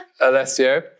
Alessio